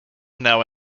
now